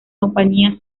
compañía